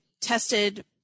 tested